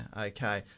okay